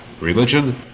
religion